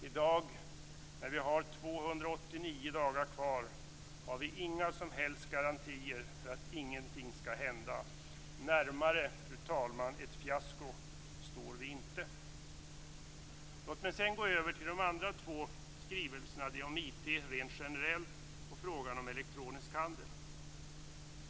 I dag när vi har 289 dagar kvar har vi inga som helst garantier för att ingenting skall hända. Närmare ett fiasko, fru talman, kan vi inte stå. Låt mig sedan gå över till de andra två skrivelserna om IT rent generellt och frågan om elektronisk handel.